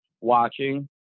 watching